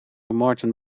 moreton